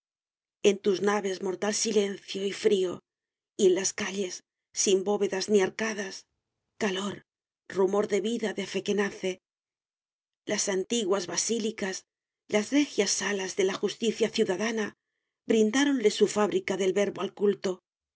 en tus naves mortal silencio y frío y en las calles sin bóvedas ni arcadas calor rumor de vida de fe que nace las antiguas basílicas las regias salas de la justicia ciudadana brindáronle su fábrica del verbo al culto